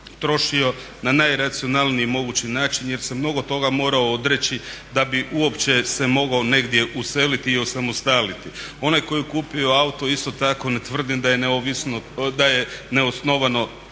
na najracionalniji mogući način jer se mnogo toga morao odreći da bi uopće se mogao negdje useliti i osamostaliti. Onaj koji je kupio auto isto tako ne tvrdim da je neosnovano